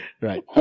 Right